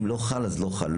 אם לא חל, אז לא חל.